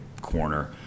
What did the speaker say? corner